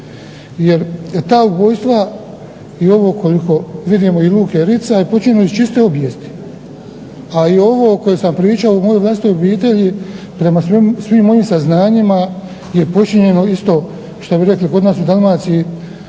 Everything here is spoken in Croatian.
Jer ta ubojstva i ovo koliko vidimo i Luke Ritza je počinjeno iz čiste obijesti. A i ovo o kojem sam pričao u mojoj vlastitoj obitelji prema svim mojim saznanjima je počinjeno isto što bi rekli kod nas u Dalmaciji